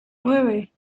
nueve